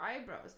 eyebrows